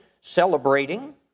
celebrating